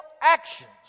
actions